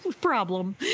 problem